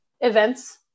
events